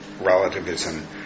relativism